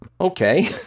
Okay